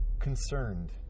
Concerned